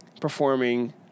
performing